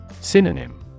Synonym